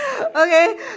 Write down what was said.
okay